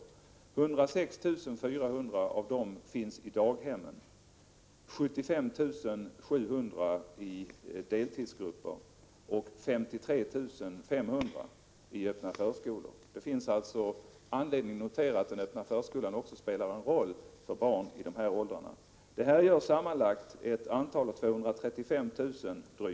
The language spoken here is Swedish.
106 400 av dem finns i daghemmen, 75 700 i deltidsgrupper och 53 500 i den öppna förskolan. Det finns alltså anledning att notera att den öppna förskolan också spelar en roll för barn i de här åldrarna. Detta gör sammanlagt ett antal av drygt 235 000 barn.